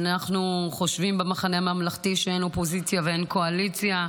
אנחנו במחנה הממלכתי חושבים שאין אופוזיציה ואין קואליציה,